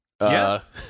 Yes